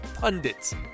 pundits